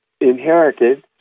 inherited